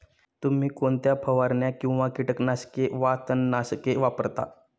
तुम्ही कोणत्या फवारण्या किंवा कीटकनाशके वा तणनाशके वापरता?